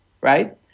Right